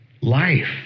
life